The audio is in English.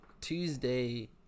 Tuesday